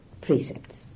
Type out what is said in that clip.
precepts